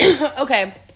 Okay